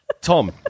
Tom